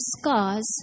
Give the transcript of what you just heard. scars